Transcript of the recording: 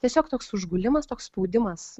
tiesiog toks užgulimas toks spaudimas